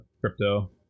crypto